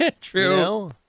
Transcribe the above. True